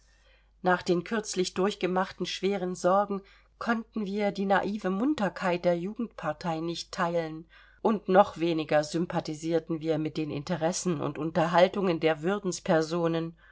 nach den kürzlich durchgemachten schweren sorgen konnten wir die naive munterkeit der jugendpartei nicht teilen und noch weniger sympathisierten wir mit den interessen und unterhaltungen der